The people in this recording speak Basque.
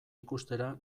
ikustera